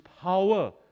power